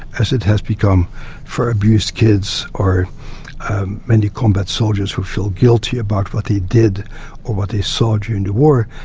as it has become for abused kids or many combat soldiers who feel guilty about what they did or what they saw during the war,